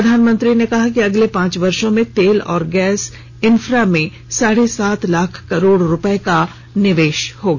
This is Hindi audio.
प्रधानमंत्री ने कहा कि अगले पांच वर्षों में तेल और गैस इन्फ्रा में साढ़े सात लाख करोड़ का निवेश होगा